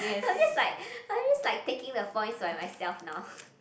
I'm just like I'm just like taking the points by myself now